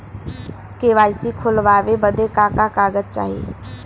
KYC खोलवावे बदे का का कागज चाही?